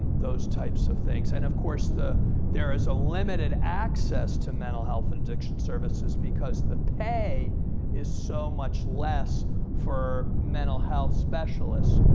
those types of things. and of course, there is limited access to mental health and addiction services, because the pay is so much less for mental health specialists,